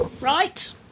Right